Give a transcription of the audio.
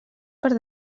per